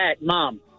mom